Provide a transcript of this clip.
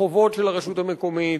חובות של הרשות המקומית,